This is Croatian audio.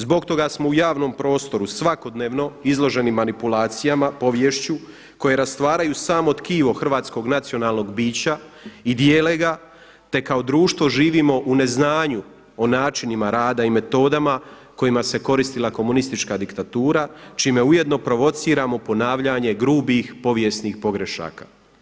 Zbog toga smo u javnom prostoru svakodnevno izloženi manipulacijama, poviješću koje rastvaraju samo tkivo hrvatskog nacionalnog bića i dijele ga, te kao društvo živimo u neznanju o načinima rada i metodama kojima se koristila komunistička diktatura čime ujedno provociramo ponavljanje grubih povijesnih pogrešaka.